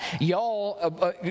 y'all